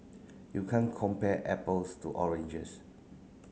you can't compare apples to oranges